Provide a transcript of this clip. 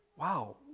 wow